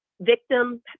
victim